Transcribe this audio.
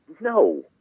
No